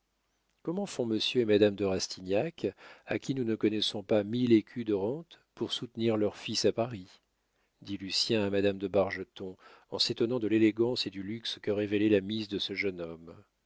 comment font monsieur et madame de rastignac à qui nous ne connaissons pas mille écus de rente pour soutenir leur fils à paris dit lucien à madame de bargeton en s'étonnant de l'élégance et du luxe que révélait la mise de ce jeune homme